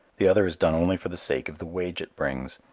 the other is done only for the sake of the wage it brings.